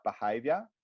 behavior